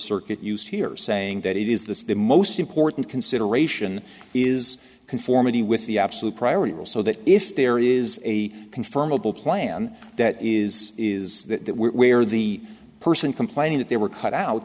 circuit used here saying that it is the most important consideration is conformity with the absolute priority will so that if there is a confirmable plan that is is that where the person complaining that they were cut